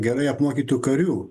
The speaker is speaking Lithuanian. gerai apmokytų karių